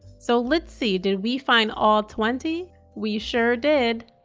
so let's see did we find all twenty? we sure did.